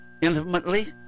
intimately